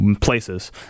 places